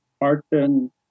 Martin